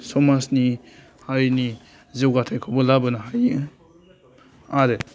समाजनि हारिनि जौगाथाइखौबो लाबोनो हायो आरो